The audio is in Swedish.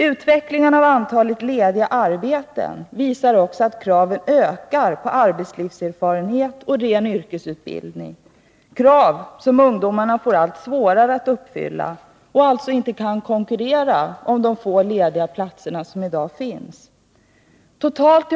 Utvecklingen av antalet lediga arbeten visar också att kraven på arbetslivserfarenhet och ren yrkesutbildning ökar. Det är krav som ungdomarna får allt svårare att motsvara. De kan alltså inte konkurrera om de få lediga platser som i dag finns.